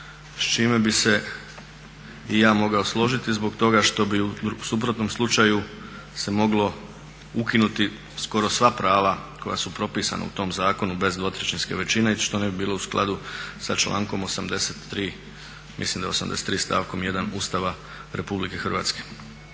s čime bih se i ja mogao složiti zbog toga što bi u suprotnom slučaju se moglo ukinuti skoro sva prava koja su propisana u tom zakonu bez dvotrećinske većine i što ne bi bilo u skladu sa člankom 83., mislim da je 83., stavkom 1. Ustava Republike Hrvatske.